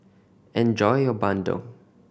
enjoy your bandung